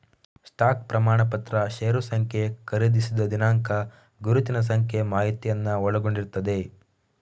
stock ಪ್ರಮಾಣಪತ್ರ ಷೇರು ಸಂಖ್ಯೆ, ಖರೀದಿಸಿದ ದಿನಾಂಕ, ಗುರುತಿನ ಸಂಖ್ಯೆ ಮಾಹಿತಿಯನ್ನ ಒಳಗೊಂಡಿರ್ತದೆ